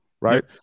right